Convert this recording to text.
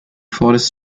forest